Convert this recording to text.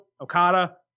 Okada